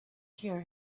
hear